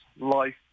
life